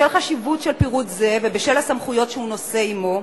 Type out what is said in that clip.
בשל החשיבות של פירוט זה ובשל הסמכויות שהוא נושא עמו,